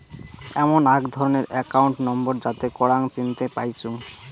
এমন আক ধরণের একাউন্ট নম্বর যাতে করাং চিনতে পাইচুঙ